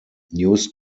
news